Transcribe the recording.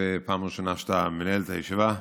תודה רבה.